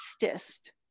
fastest